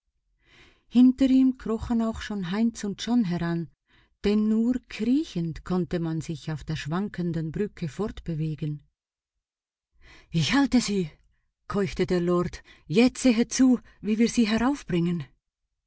hinter ihm krochen auch schon heinz und john heran denn nur kriechend konnte man sich auf der schwanken brücke fortbewegen ich halte sie keuchte der lord jetzt sehet zu wie wir sie heraufbringen